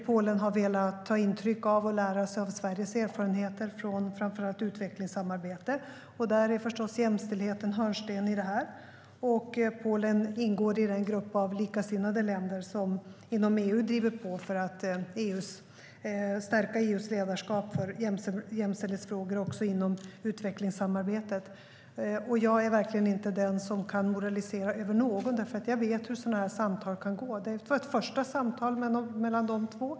Polen har velat ta intryck av och lära sig av Sveriges erfarenheter från framför allt utvecklingssamarbete. Jämställdheten är förstås en hörnsten i det. Polen ingår i den grupp av likasinnade länder som inom EU driver på för att stärka EU:s ledarskap för jämställdhetsfrågor också inom utvecklingssamarbetet. Jag är verkligen inte den som kan moralisera över någon. Jag vet hur sådana samtal kan gå. Det var ett första samtal mellan dem.